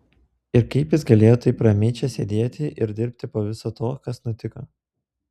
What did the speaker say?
ir kaip jis galėjo taip ramiai čia sėdėti ir dirbti po viso to kas nutiko